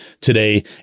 today